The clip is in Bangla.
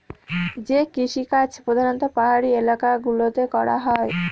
যে কৃষিকাজ প্রধানত পাহাড়ি এলাকা গুলোতে করা হয়